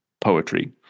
poetry